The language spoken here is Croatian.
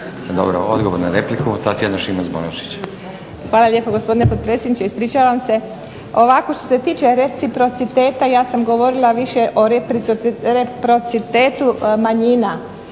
**Šimac Bonačić, Tatjana (SDP)** Hvala lijepo, gospodine potpredsjedniče. Ispričavam se. Što se tiče reciprociteta, ja sam govorila više o reciprocitetu manjina.